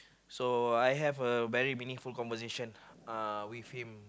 so I have a very meaningful conversation uh with him